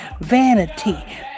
Vanity